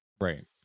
Right